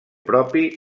propi